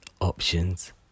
options